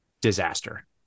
disaster